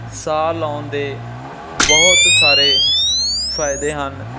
ਸਾਹ ਲਾਉਣ ਦੇ ਬਹੁਤ ਸਾਰੇ ਫ਼ਾਇਦੇ ਹਨ